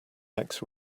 next